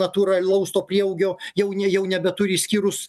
natūralaus to prieaugio jauni jau nebeturi išskyrus